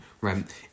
right